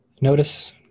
notice